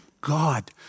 God